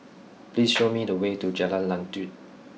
please show me the way to Jalan Lanjut